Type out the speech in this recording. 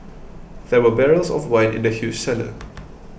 there were barrels of wine in the huge cellar